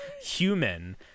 human